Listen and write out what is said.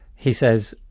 he says,